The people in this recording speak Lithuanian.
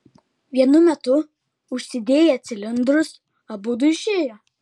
vienu metu užsidėję cilindrus abudu išėjo